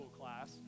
class